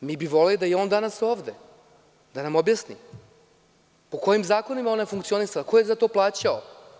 Mi bi voleli da je i on danas ovde, da nam objasni po kojim zakonima je onda funkcionisali, ko je za to plaćao?